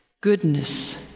goodness